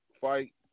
fight